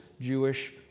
Jewish